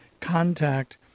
contact